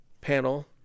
panel